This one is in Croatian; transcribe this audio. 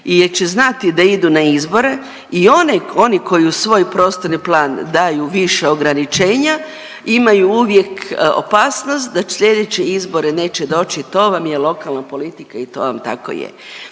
će znati da idu na izbore i onaj, oni koji u svoj prostorni plan daju više ograničenja imaju uvijek opasnost da slijedeće izbore neće doći. To vam je lokalna politika i to vam tako je.